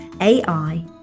AI